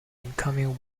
incoming